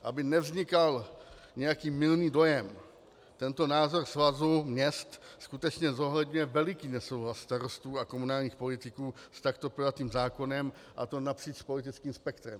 Aby nevznikal nějaký mylný dojem, tento názor Svazu měst skutečně zohledňuje veliký nesouhlas starostů a komunálních politiků s takto pojatým zákonem, a to napříč politickým spektrem.